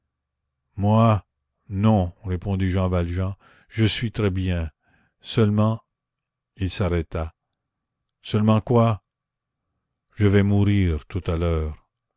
moi non répondit jean valjean je suis très bien seulement il s'arrêta seulement quoi je vais mourir tout à l'heure